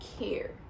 care